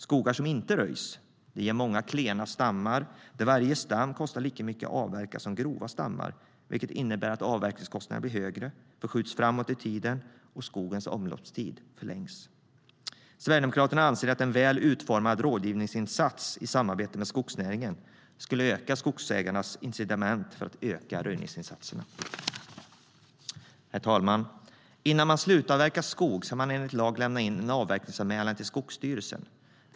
Skogar som inte röjs ger många klena stammar där varje stam kostar lika mycket att avverka som grova stammar, vilket innebär att avverkningskostnaden blir högre, att avverkningen förskjuts framåt i tiden och att skogens omloppstid förlängs. Herr talman! Innan man slutavverkar skog ska man enligt lag lämna in en avverkningsanmälan till Skogsstyrelsen.